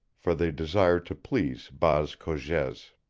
for they desired to please baas cogez.